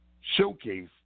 Showcase